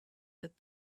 that